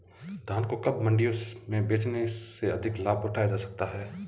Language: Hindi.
धान को कब मंडियों में बेचने से अधिक लाभ उठाया जा सकता है?